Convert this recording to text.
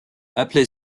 appelé